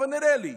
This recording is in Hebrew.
אבל נראה לי,